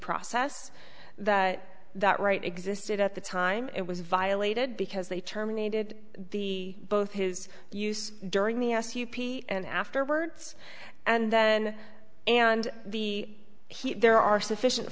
process that that right existed at the time it was violated because they terminated the both his use during the s u v and afterwards and then and the heat there are sufficient